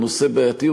הוא נושא בעייתי,